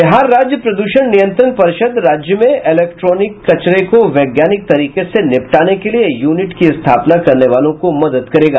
बिहार राज्य प्रदूषण नियंत्रण परिषद राज्य में इलेक्ट्रोनिक कचरे को वैज्ञानिक तरीके से निपटाने के लिये यूनिट की स्थापना करने वालों को मदद करेगा